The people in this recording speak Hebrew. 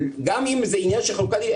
גם אם זה עניין של חלוקת דיבידנדים,